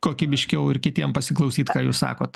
kokybiškiau ir kitiem pasiklausyt ką jūs sakot